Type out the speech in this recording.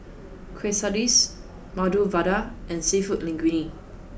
Quesadillas Medu Vada and Seafood Linguine